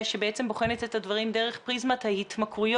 שבוחנת את הדברים דרך פריזמת ההתמכרויות.